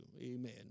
amen